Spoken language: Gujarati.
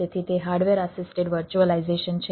તેથી તે હાર્ડવેર આસિસ્ટેડ વર્ચ્યુઅલાઈઝેશન છે